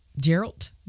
Gerald